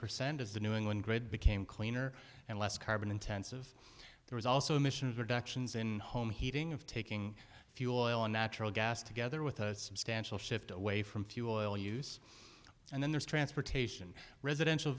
percent as the new england grid became cleaner and less carbon intensive there is also emissions reductions in home heating of taking fuel oil and natural gas together with a substantial shift away from fuel oil use and then there's transportation residential